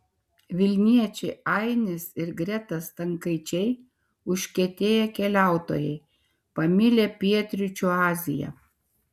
vilniečiai ainis ir greta stankaičiai užkietėję keliautojai pamilę pietryčių aziją